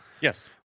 Yes